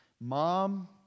Mom